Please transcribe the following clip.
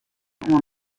oan